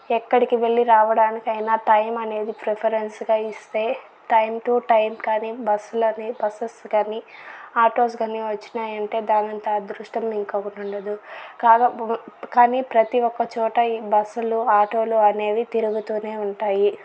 ఎక్కడికి వెళ్లి రావడానికైనా టైం అనేది ప్రిఫరెన్స్ గా ఇస్తే టైం టూ టైం అని బస్సులని బసెస్ కాని ఆటోస్ కాని వచ్చినాయంటే దానంత అదృష్టం ఇంకొకటి ఉండదు కాకపో కానీ ప్రతి ఒక్క చోట ఈ బస్సులు ఆటోలు అనేవి తిరుగుతూనే ఉంటాయి